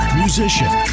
musician